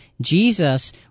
Jesus